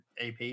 AP